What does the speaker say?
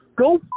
Go